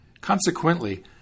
Consequently